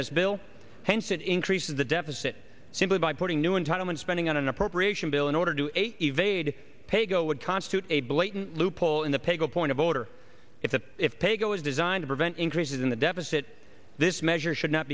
this bill hence it increases the deficit simply by putting new entitlement spending on an appropriation bill in order to eight evade paygo would constitute a blatant loophole in the pig a point of order if the if pay go is designed to prevent increases in the deficit this measure should not